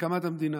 בהקמת המדינה,